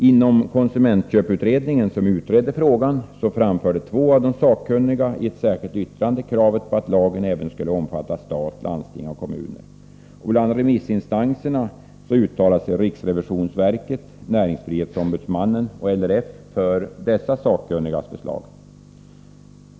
Inom konsumentköpsutredningen, som utredde frågan, framförde två av de sakkunniga i ett särskilt yttrande kravet på att lagen även skulle omfatta stat, landsting och kommuner. Bland remissinstanserna uttalade sig riksrevisionsverket, näringsfrihetsombudsmannen och LRF för dessa sakkunnigas förslag.